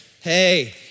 Hey